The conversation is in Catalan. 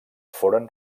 foren